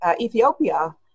Ethiopia